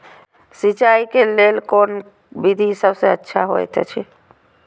सिंचाई क लेल कोन विधि सबसँ अच्छा होयत अछि?